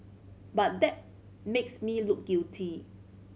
but that makes me look guilty